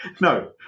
no